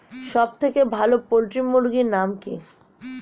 সবথেকে ভালো পোল্ট্রি মুরগির নাম কি?